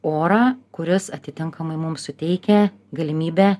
orą kuris atitinkamai mum suteikia galimybę